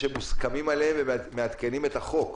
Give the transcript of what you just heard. שמוסכמים עליהם ומעדכנים את החוק.